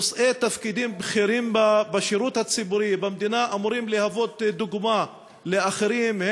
נושאי תפקידים בכירים בשירות הציבורי במדינה אמורים לשמש דוגמה לאחרים,